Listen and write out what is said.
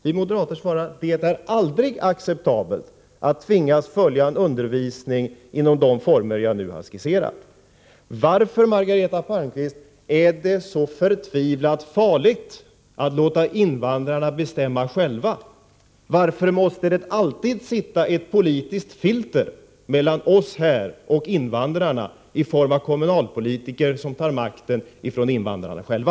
Vi moderater svarar att det aldrig är acceptabelt att tvingas följa en undervisning på det sätt jag nu har skisserat. Varför, Margareta Palmqvist, är det så förtvivlat farligt att låta invandrarna bestämma själva? Varför måste det alltid sitta ett politiskt filter mellan oss här och invandrarna i form av kommunalpolitiker som tar makten från invandrarna själva?